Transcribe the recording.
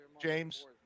James